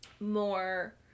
more